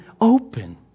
open